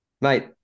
Mate